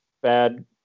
bad